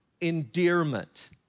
endearment